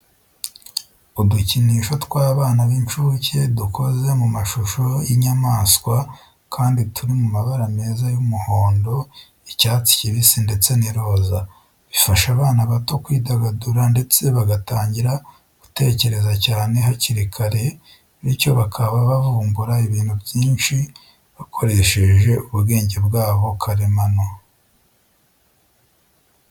Udukinisho tw'abana b'incuke dukoze mu mashusho y'inyamaswa kandi turi mu mabara meza y'umuhondo, icyatsi kibisi ndetse n'iroza. Bifasha abana bato kwidagadura ndetse bagatangira gutekereza cyane hakiri kare, bityo bakaba bavumbura ibintu byinshi akoresheje ubwenge bwe karemano.